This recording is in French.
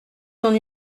ton